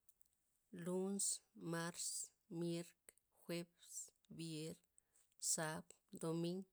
Luns mars mierk jueps vier sab domin